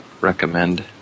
recommend